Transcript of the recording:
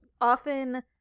often